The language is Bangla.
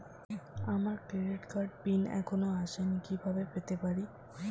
আমার ক্রেডিট কার্ডের পিন এখনো আসেনি কিভাবে পেতে পারি?